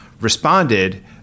responded